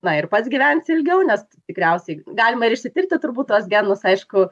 na ir pats gyvensi ilgiau nes tikriausiai galima ir išsitirti turbūt tuos genus aišku